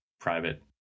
private